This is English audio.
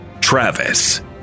Travis